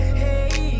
hey